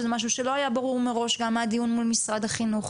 שזה משהו שלא היה ברור מראש גם מהדיון מול משרד החינוך,